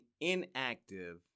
inactive